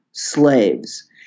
slaves